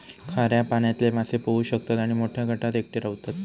खाऱ्या पाण्यातले मासे पोहू शकतत आणि मोठ्या गटात एकटे रव्हतत